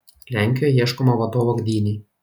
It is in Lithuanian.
lenkijoje ieškoma vadovo gdynei